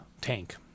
tank